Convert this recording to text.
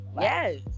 yes